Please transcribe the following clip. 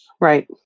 Right